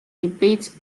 debates